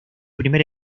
primer